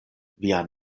vian